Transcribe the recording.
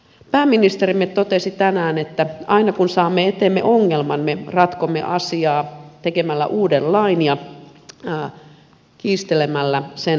pääministerimme totesi tänään että aina kun saamme eteemme ongelman me ratkomme asiaa tekemällä uuden lain ja kiistelemällä sen lisärahoituksesta